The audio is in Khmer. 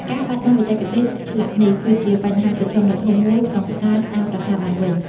ការបាត់បង់បច្ចេកទេសឆ្លាក់នេះ គឺជាបញ្ហាប្រឈមធំមួយក្នុងការស្ដារប្រាសាទឡើងវិញ។